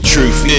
Truth